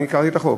קראתי את החוק,